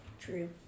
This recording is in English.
True